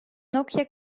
nokia